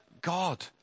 God